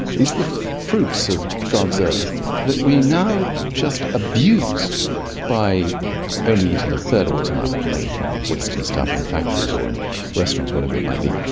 these are the fruits of god's earth that we now just abuse by only eating a third of what's on our plate or wasting stuff in factories or in restaurants, whatever it might be.